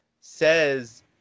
says